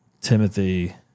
Timothy